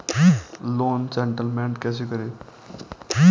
Loan settlement कैसे करें?